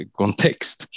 kontext